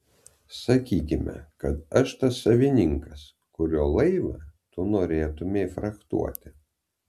sakykime kad aš tas savininkas kurio laivą tu norėtumei frachtuoti